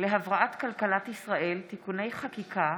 להבראת כלכלת ישראל (תיקוני חקיקה